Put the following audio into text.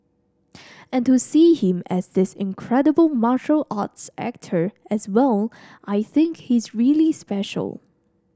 and to see him as this incredible martial arts actor as well I think he's really special